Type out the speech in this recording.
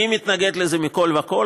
אני מתנגד לזה מכול וכול.